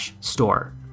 store